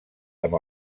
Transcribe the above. amb